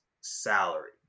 salary